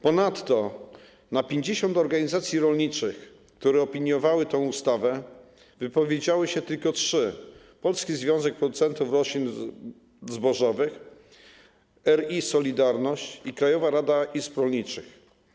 Ponadto na pięćdziesiąt organizacji rolniczych, które opiniowały tę ustawę, wypowiedziały się tylko trzy - Polski Związek Producentów Roślin Zbożowych, RI Solidarność i Krajowa Rada Izb Rolniczych.